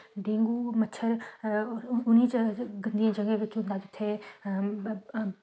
dengue मच्छर जेह्का गंदी जगह च होंदा जित्थें